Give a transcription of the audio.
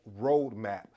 roadmap